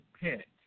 pit